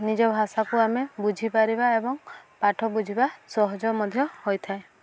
ନିଜ ଭାଷାକୁ ଆମେ ବୁଝିପାରିବା ଏବଂ ପାଠ ବୁଝିବା ସହଜ ମଧ୍ୟ ହୋଇଥାଏ